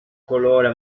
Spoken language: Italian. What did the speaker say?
colore